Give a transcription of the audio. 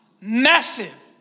massive